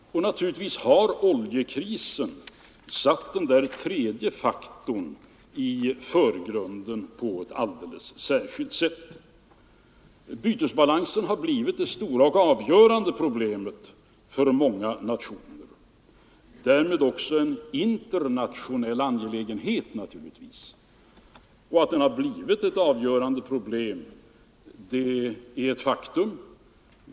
Naturligtvis har oljekrisen satt den tredje faktorn i förgrunden på ett alldeles särskilt sätt. Det är ett faktum att bytesbalansen har blivit det stora och avgörande problemet för många nationer och därmed naturligtvis en internationell angelägenhet.